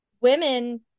women